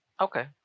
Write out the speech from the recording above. Okay